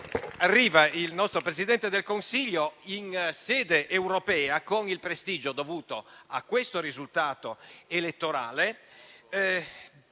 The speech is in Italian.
Il nostro Presidente del Consiglio arriva in sede europea con il prestigio dovuto a questo risultato elettorale